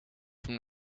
from